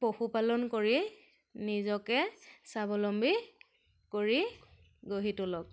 পশুপালন কৰি নিজকে স্বাৱলম্বী কৰি গঢ়ি তোলক